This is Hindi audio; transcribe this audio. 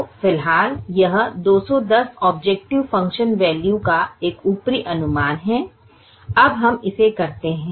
तो फिलहाल यह 210 ऑबजेकटिव फ़ंक्शन वैल्यू का एक ऊपरी अनुमान है अब हम इसे करते हैं